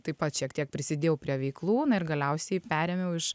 taip pat šiek tiek prisidėjau prie veiklų na ir galiausiai perėmiau iš